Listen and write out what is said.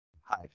Hi